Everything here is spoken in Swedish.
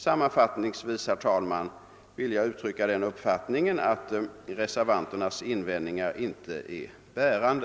Sammanfattningsvis vill jag uttrycka den uppfattningen att re servanternas invändningar inte är bärande.